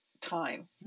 time